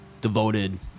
devoted